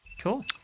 Cool